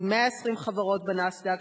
עם 120 חברות בנאסד"ק,